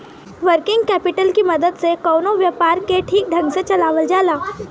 working capital की मदद से कवनो व्यापार के ठीक ढंग से चलावल जाला